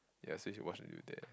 ya so you should watch until there